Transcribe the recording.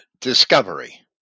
Discovery